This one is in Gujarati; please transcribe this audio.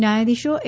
ન્યાયાધીશો એ